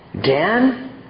Dan